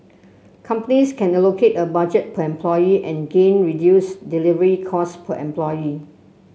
companies can allocate a budget per employee and gain reduced delivery cost per employee